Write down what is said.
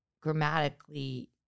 grammatically